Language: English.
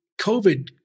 COVID